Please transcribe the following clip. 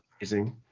amazing